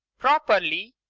properly!